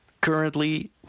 currently